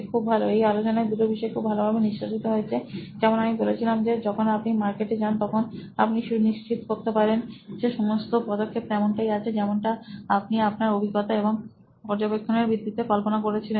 খুব ভালোএই আলোচনায় দুটি বিষয় খুব ভালোভাবে নিষ্কাশিত হয়েছে যেমন আমি বলেছিলাম যে যখন আপনি মার্কে ট এ যান তখন আপনি সুনিশ্চিত করতে পারেন যে সমস্ত পদক্ষেপ তেমনটাই আছে যেমনটা আপনি আপনার অভিজ্ঞতা এবং পর্যবেক্ষণ এর ভিত্তিতে কল্পনা করেছিলেন